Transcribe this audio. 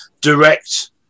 direct